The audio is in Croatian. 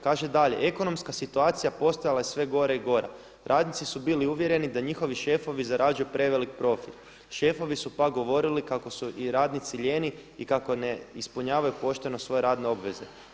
Kaže dalje „ekonomska situacija postala je sve gora i gora, radnici su bili uvjereni da njihovi šefovi zarađuju prevelik profit, šefovi su pak govorili kako su i radnici lijeni i kako ne ispunjavaju pošteno svoje radne obveze.